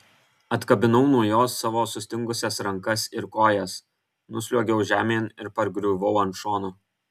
atkabinau nuo jo savo sustingusias rankas ir kojas nusliuogiau žemėn ir pargriuvau ant šono